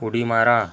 उडी मारा